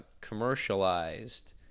commercialized